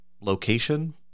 location